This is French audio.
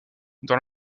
dans